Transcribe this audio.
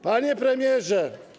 Panie Premierze!